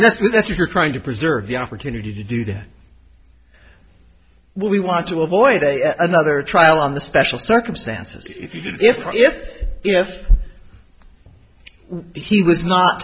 and that's what if you're trying to preserve the opportunity to do that when we want to avoid another trial on the special circumstances if you did if if if he was not